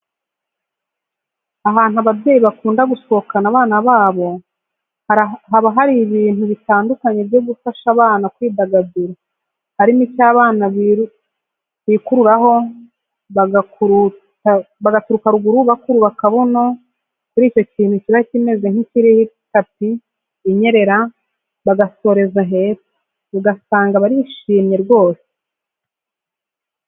Ahantu ababyeyi bakunda gusohokana abana babo haba hari ibinti bitandukanye byo gufasha abana kwidagadura harimo icyo abana bikururaho bagaturuka ruguru bakurura akabuno kuri icyo kintu kiba kimeze nk'ikiriho itapi inyerera bagasoreza hepfo. Ugasanga barishomye rwose.